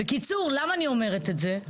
בקיצור למה אני אומרת את זה?